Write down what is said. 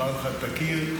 אמר לך: תכיר,